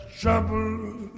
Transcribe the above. trouble